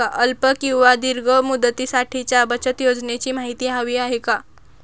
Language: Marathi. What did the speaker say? अल्प किंवा दीर्घ मुदतीसाठीच्या बचत योजनेची माहिती हवी आहे